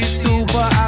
super